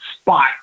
spot